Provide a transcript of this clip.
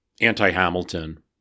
anti-Hamilton